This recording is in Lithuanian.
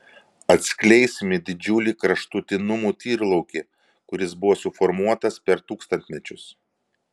atskleisime didžiulį kraštutinumų tyrlaukį kuris buvo suformuotas per tūkstantmečius